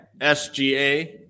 SGA